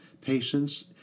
patients